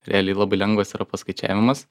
realiai labai lengvas yra paskaičiavimas